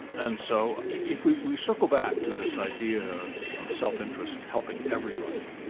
and so if we we circle back to this idea of self-interest helping everybody,